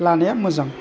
लानाया मोजां